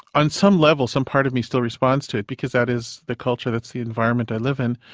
on some level, some part of me still responds to it because that is the culture that's the environment i live in.